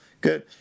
Good